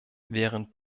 während